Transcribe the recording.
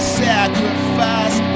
sacrifice